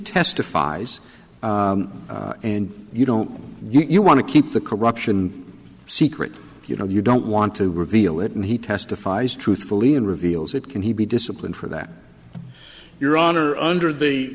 testifies and you don't you want to keep the corruption secret you know you don't want to reveal it and he testifies truthfully and reveals it can he be disciplined for that your honor under the